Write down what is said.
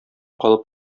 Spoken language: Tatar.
калып